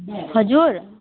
हजुर